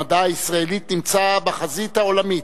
המדע הישראלי נמצא בחזית העולמית.